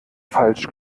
falsch